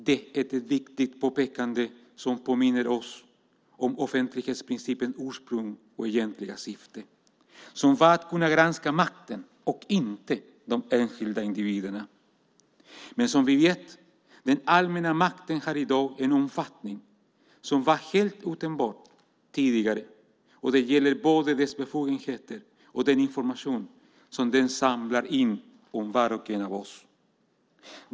Det är ett viktigt påpekande som påminner oss om offentlighetsprincipens ursprung och egentliga syfte, som var att kunna granska makten, inte de enskilda individerna. Men som vi vet har den allmänna makten i dag en omfattning som tidigare var helt otänkbar. Det gäller både dess befogenheter och den information som den samlar in om var och en av oss.